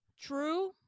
True